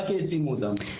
רק העצימו אותם.